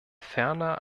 ferner